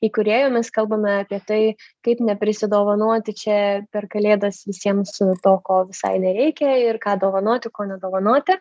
įkūrėjomis kalbame apie tai kaip neprisidovanoti čia per kalėdas visiems to ko visai nereikia ir ką dovanoti ko nedovanoti